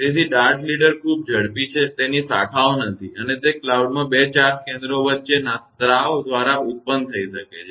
તેથી dart leader ખૂબ ઝડપી છે તેની શાખાઓ નથી અને તે ક્લાઉડમાં બે ચાર્જ કેન્દ્રો વચ્ચેના સ્રાવ દ્વારા ઉત્પન્ન થઈ શકે છે